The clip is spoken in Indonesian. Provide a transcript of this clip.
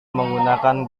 menggunakan